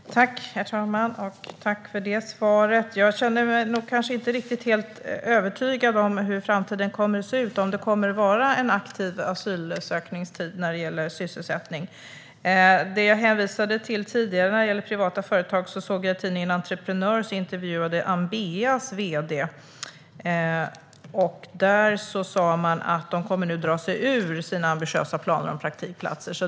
Herr talman! Tack, statsrådet, för svaret! Jag känner mig inte helt övertygad om hur framtiden kommer att se ut och om det kommer att bli en aktiv asylprövningstid när det gäller sysselsättning. När det gäller det jag hänvisade till tidigare om privata företag såg jag i tidningen Entreprenör en intervju med vd:n för Ambea, som nu kommer att dra sig ur sina ambitiösa planer för praktikplatser.